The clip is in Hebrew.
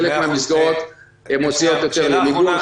חלק מן המסגרות מוציאות יותר למיגון,